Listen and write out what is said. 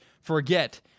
Forget